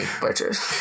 Butchers